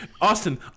Austin